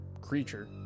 creature